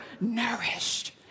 nourished